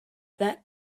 that